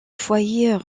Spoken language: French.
foyer